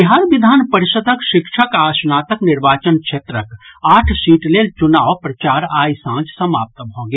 बिहार विधान परिषद्क शिक्षक आ स्नातक निर्वाचन क्षेत्रक आठ सीट लेल चुनाव प्रचार आइ सांझ समाप्त भऽ गेल